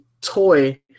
toy